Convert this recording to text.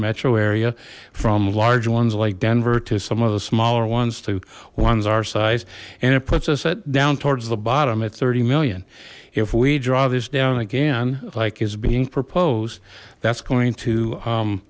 metro area from large ones like denver to some of the smaller ones to ones our size and it puts us at down towards the bottom at thirty million if we draw this down again like is being proposed that's going to